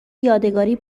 یادگاری